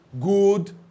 good